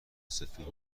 سفید